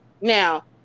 Now